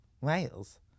Wales